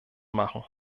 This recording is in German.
machen